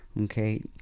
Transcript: Okay